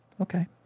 Okay